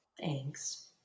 Thanks